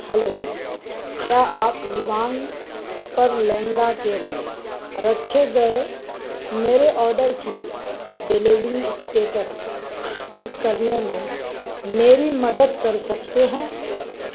hello کیا آپ ویوانگ پر لہنگا کے لیے رکھے گئے میرے آڈر کی ڈیلیوری اسٹیٹس چیک کرنے میں میری مدد کر سکتے ہیں